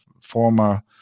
former